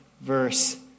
verse